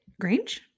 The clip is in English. Grange